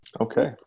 Okay